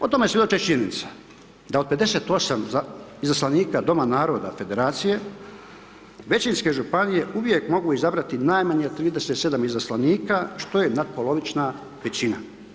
O tome svjedoče činjenice, da od 58 izaslanika Doma naroda federacije, većinske županije uvijek mogu izabrati najmanje 37 izaslanika što je natpolovična većina.